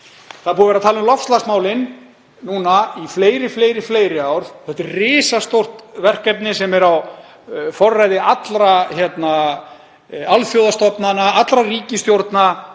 Það er búið að tala um loftslagsmálin núna í fleiri ár. Þetta er risastórt verkefni sem er á forræði allra alþjóðastofnana, allra ríkisstjórna